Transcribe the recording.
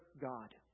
God